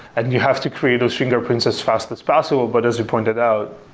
and you have to create those fingerprints as fast as possible but as you pointed out,